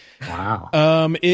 Wow